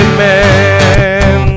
Amen